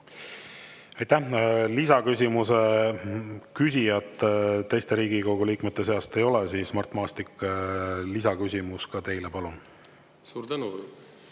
Aitäh! Lisaküsimuse küsijat teiste Riigikogu liikmete seast ei ole. Mart Maastik, ka lisaküsimus teile, palun! Suur tänu!